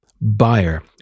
buyer